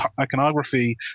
iconography